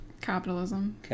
capitalism